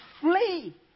Flee